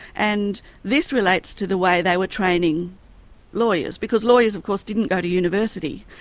and this relates to the way they were training lawyers, because lawyers of course didn't go to university,